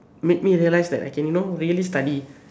make me realise that you know I can really study